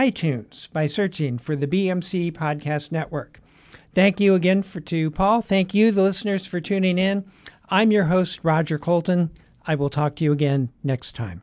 i tunes by searching for the b m c podcast network thank you again for two paul thank you the listeners for tuning in i'm your host roger colton i will talk to you again next time